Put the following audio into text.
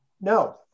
No